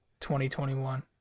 2021